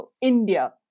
India